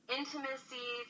intimacy